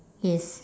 yes